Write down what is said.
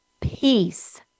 peace